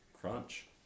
Crunch